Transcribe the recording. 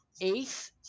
eighth